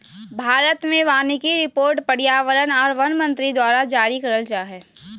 भारत मे वानिकी रिपोर्ट पर्यावरण आर वन मंत्री द्वारा जारी करल जा हय